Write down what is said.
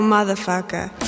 Motherfucker